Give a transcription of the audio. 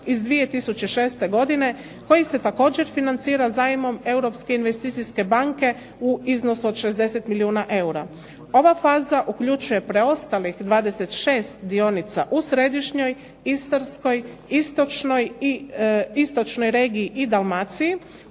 iz 2006. godine, koji se također financira zajmom Europske investicijske banke, u iznosu od 60 milijuna eura. Ova faza uključuje preostalih 26 dionica u središnjoj, istarskoj, istočnoj i istočnoj regiji i Dalmaciji,